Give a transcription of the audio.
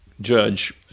judge